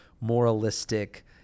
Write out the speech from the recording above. moralistic